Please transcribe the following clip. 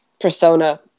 persona